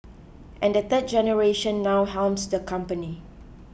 and the third generation now helms the company